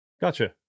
Gotcha